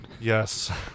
yes